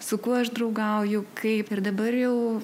su kuo aš draugauju kaip ir dabar jau